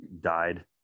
died